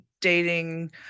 dating